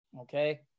okay